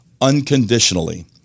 unconditionally